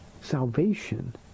salvation